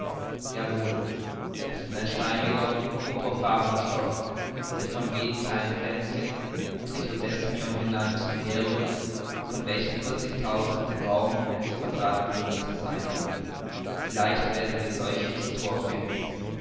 es ist ein schleimiger purpurfarbener stoff der von jenen kleinen pflänzchen trichodesmion genannt herrührt von welchen vierzigtausend den raum eines quadratmillimeters einnehmen vielleicht werden wir solche zu tor finden